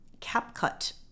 CapCut